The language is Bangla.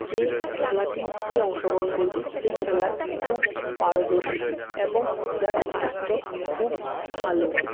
যে খেলাটিতে অংশগ্রহণ করবে সেই খেলায় খুব পারদর্শী এবং যার স্বাস্থ্য খুব ভালো